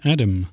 Adam